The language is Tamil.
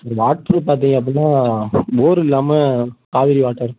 இந்த வாட்ரு பார்த்தீங்க அப்படின்னா போர் இல்லாமல் காவிரி வாட்டர்